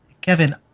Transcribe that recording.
Kevin